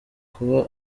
kuba